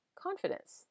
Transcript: confidence